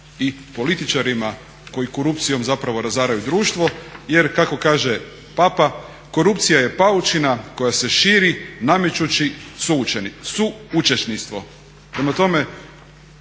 i političarima koji korupcijom zapravo razaraju društvo jer kako kaže papa korupcija je paučina koja se širi namećući suučesništvo.